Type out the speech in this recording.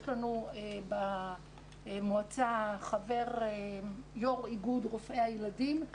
יש לנו במועצה חבר שהוא יושב ראש איגוד רופאי הילדים,